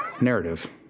narrative